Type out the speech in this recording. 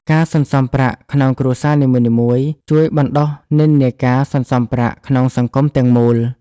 ការសន្សុំប្រាក់ក្នុងគ្រួសារនីមួយៗជួយបណ្ដុះនិន្នាការសន្សុំប្រាក់ក្នុងសង្គមទាំងមូល។